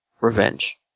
revenge